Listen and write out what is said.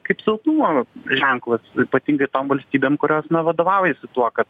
kaip silpnumo ženklas ypatingai tom valstybėm kurios na vadovaujasi tuo kad